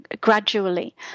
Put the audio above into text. gradually